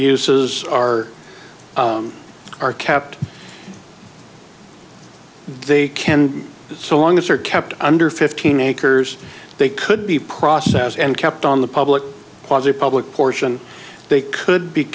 uses are are kept they can so long as they're kept under fifteen acres they could be process and kept on the public was a public portion they could be